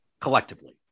collectively